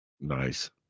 Nice